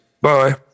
Bye